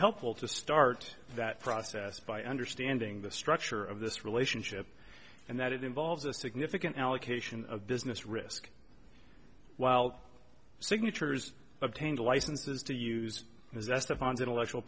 helpful to start that process by understanding the structure of this relationship and that it involves a significant allocation of business risk while signatures obtained licenses to use exessive and intellectual